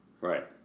right